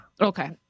Okay